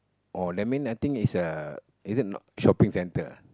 or that mean I think it's a is it not shopping centre